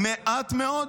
מעט מאוד,